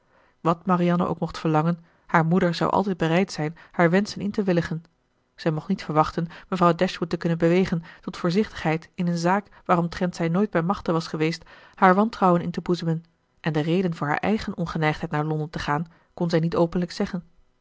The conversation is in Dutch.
wat marianne ook mocht verlangen haar moeder zou altijd bereid zijn haar wenschen in te willigen zij mocht niet verwachten mevrouw dashwood te kunnen bewegen tot voorzichtigheid in eene zaak waaromtrent zij nooit bij machte was geweest haar wantrouwen in te boezemen en de reden voor haar eigen ongeneigdheid naar londen te gaan kon zij niet openlijk zeggen